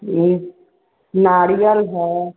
ये नारियल है